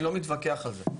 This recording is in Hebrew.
אני לא מתווכח על זה.